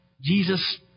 Jesus